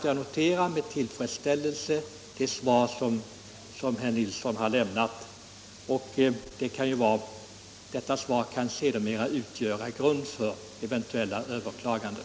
Jag noterar med tillfredsställelse det besked som herr Nilsson i Kristianstad lämnat och som kan komma att utgöra grund för eventuella överklaganden.